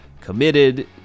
committed